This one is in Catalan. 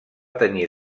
tenyir